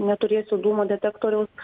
neturėsi dūmų detektoriaus